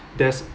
there's